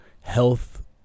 health